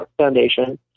foundation